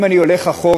אם אני הולך אחורה,